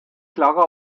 klarer